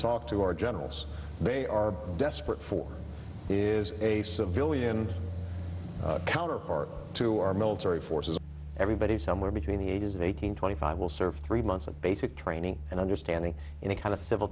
talk to our generals they are desperate for is a civilian color or two our military forces everybody somewhere between the ages of eighteen twenty five will serve three months of basic training and understanding in a kind of civil